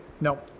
No